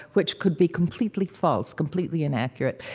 which could be completely false, completely inaccurate,